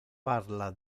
parla